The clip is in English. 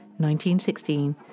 1916